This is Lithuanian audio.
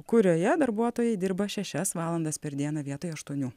kurioje darbuotojai dirba šešias valandas per dieną vietoj aštuonių